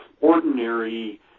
ordinary